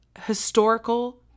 historical